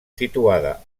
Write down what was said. situada